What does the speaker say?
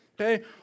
Okay